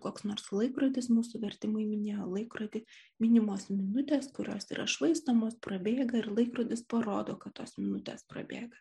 koks nors laikrodis mūsų vertimai minėjo laikrodį minimos minutės kurios yra švaistomos prabėga ir laikrodis parodo kad tos minutės prabėga